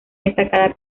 destacada